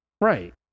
Right